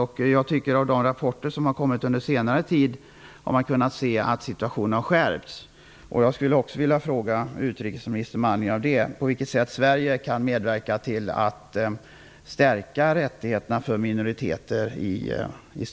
I de rapporter som har kommit under senare tid har man kunnat se att läget har skärpts.